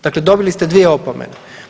Dakle, dobili ste dvije opomene.